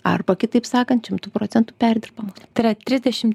arba kitaip sakant šimtu procentų perdirbamos tai yra tidsdešimt